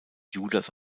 judas